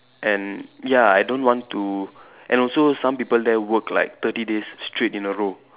and ya I don't want to and also some people there work like thirty days straight in a row